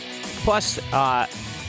Plus